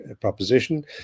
proposition